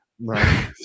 Right